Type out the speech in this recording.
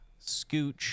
scooch